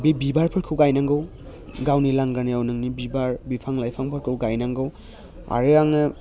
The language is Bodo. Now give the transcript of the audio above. बे बिबारफोरखौ गायनांगौ गावनि लांगोनायाव नोंनि बिबार बिफां लाइफांफोरखौ गायनांगौ आरो आङो